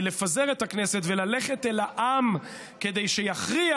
לפזר את הכנסת וללכת אל העם כדי שיכריע.